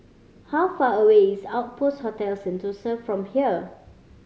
how far away is Outpost Hotel Sentosa from here